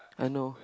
I know